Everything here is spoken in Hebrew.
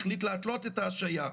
החליט להתלות את ההשעיה.